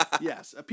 Yes